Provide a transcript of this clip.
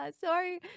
sorry